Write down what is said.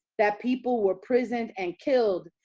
that people were imprisoned and killed,